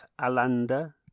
Alanda